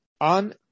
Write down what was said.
on